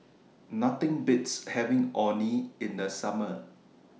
Nothing Beats having Orh Nee in The Summer